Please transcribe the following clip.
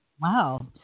Wow